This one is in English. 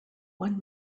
one